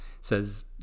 says